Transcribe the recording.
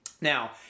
Now